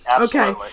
okay